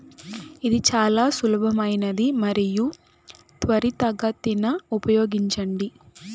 ఇది చాలా సులభమైనది మరియు త్వరితగతిన ఉపయోగించడం